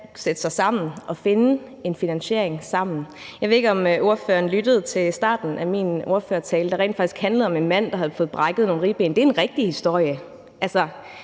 sætte sig sammen og finde en finansiering. Jeg ved ikke, om spørgeren lyttede til starten af min ordførertale, der rent faktisk handlede om en mand, der havde fået brækket nogle ribben. Det er en rigtig historie.